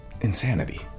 insanity